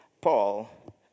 Paul